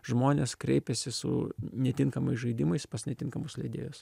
žmonės kreipiasi su netinkamais žaidimais pas netinkamus leidėjus